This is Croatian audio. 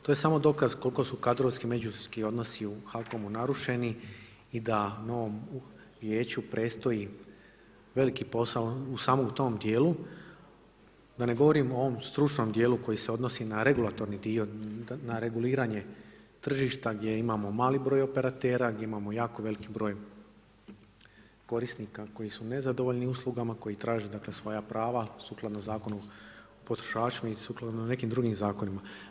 To je samo dokaz koliko su kadrovski međuljudski odnosi u HAKOM-u narušeni i da novom Vijeću predstoji veliki posao samo u tom dijelu, da ne govorim o ovom stručnom dijelu koji se odnosi na regulatorni dio, na reguliranje tržišta gdje imamo mali broj operatera, gdje imamo jako veliki broj korisnika koji su nezadovoljni usluga, koja traže dakle, svoja prava sukladno zakonu o potrošačima i sukladno nekim drugim zakonima.